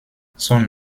son